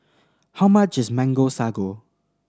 how much is Mango Sago